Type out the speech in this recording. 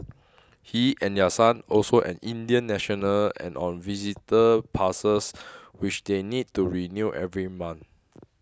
he and their son also an Indian national and on visitor passes which they need to renew every month